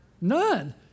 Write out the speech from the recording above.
None